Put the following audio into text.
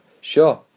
Sure